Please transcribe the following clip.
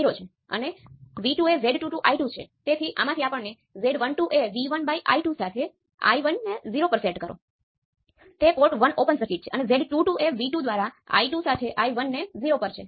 હવે તેમાંથી કેટલાક તે એક્ટિવીટી હશે